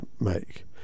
make